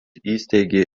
įsteigė